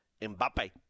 Mbappe